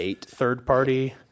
third-party